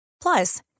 Plus